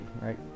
right